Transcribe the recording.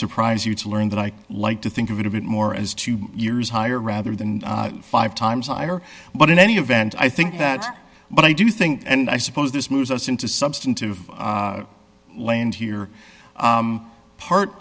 surprise you to learn that i like to think of it a bit more as two years higher rather than five times higher but in any event i think that but i do think and i suppose this moves us into substantive land here part